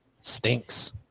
stinks